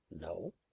No